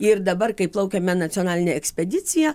ir dabar kai plaukėme nacionalinė ekspedicija